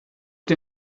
die